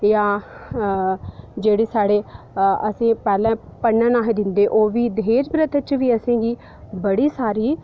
जां जेह्ड़े साढ़े जियां पैह्लें पढ़ना नेहे दिंदे ओह्बी दहेज प्रथा च बी असेंगी बड़ी सारी